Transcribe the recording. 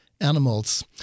animals